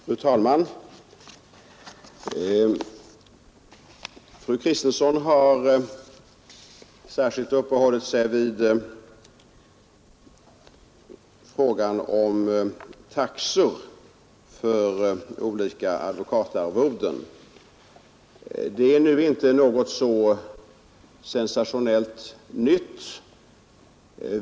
Fru talman! Fru Kristensson har särskilt uppehållit sig vid frågan om taxor vid bestämmande av advokatarvoden. Här föreligger ingenting sensationellt nytt.